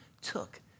took